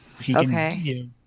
Okay